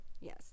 yes